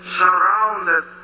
surrounded